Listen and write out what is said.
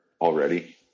already